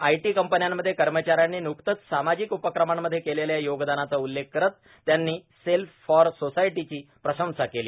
IT कंपन्यांमध्ये कर्मचाऱ्यांनी व्रुकतच सामाजिक उपक्रमांमध्ये केलेल्या योगदानाचा उल्लेख करत त्यांनी सेल्फ फॉर सोसायटी ची प्रशंसा केली